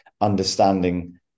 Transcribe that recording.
understanding